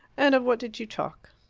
and of what did you talk?